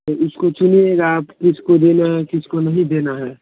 तो इसको चुनिएगा आप किसको देना किसको नहीं देना है